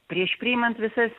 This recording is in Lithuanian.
prieš priimant visas